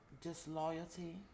disloyalty